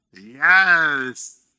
Yes